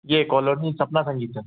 ये कोलोनी सपना संगीता